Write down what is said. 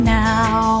now